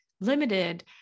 limited